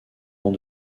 rang